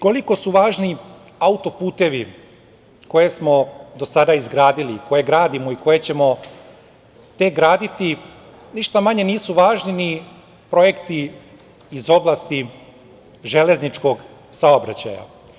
Koliko su važni autoputevi koje smo do sada izgradili, koje gradimo i koje ćemo tek graditi, ništa manje nisu važni ni projekti iz oblasti železničkog saobraćaja.